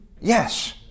Yes